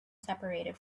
separated